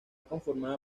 conformada